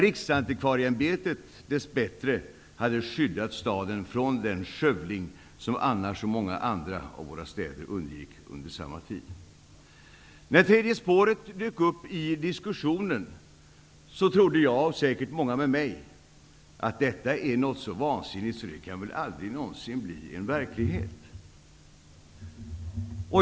Riksantikvarieämbetet hade dess bättre skyddat staden från den skövling som så många andra av våra städer undergick under samma tid. När tredje spåret dök upp i diskussionen trodde jag, och säkert många med mig, att förslaget var så vansinnigt att det väl aldrig någonsin kan bli en verklighet.